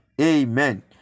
Amen